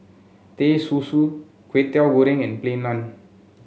Teh Susu Kwetiau Goreng and Plain Naan